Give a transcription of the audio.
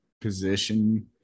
position